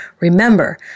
Remember